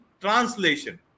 translation